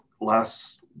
last